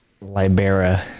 Libera